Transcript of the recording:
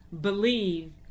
believe